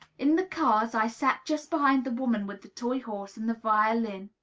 in the cars i sat just behind the woman with the toy-horse and the violin.